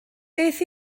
beth